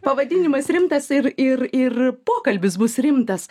pavadinimas rimtas ir ir ir pokalbis bus rimtas